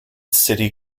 city